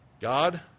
God